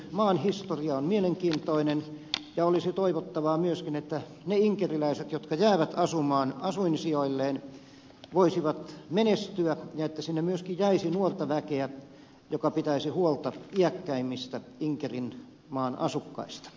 inkerinmaan historia on mielenkiintoinen ja olisi toivottavaa myöskin että ne inkeriläiset jotka jäävät asumaan asuinsijoilleen voisivat menestyä ja että sinne myöskin jäisi nuorta väkeä joka pitäisi huolta iäkkäimmistä inkerinmaan asukkaista